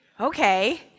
Okay